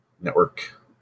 network